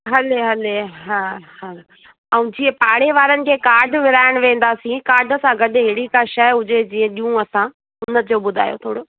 हले हले हा हा ऐं जीअं पाड़े वारनि खे काड विरिहाइण वेंदासीं काड सां गॾु अहिड़ी का शइ हुजे जीअं ॾियूं असां हुनजो ॿुधायो थोरो